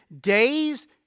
days